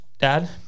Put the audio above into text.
dad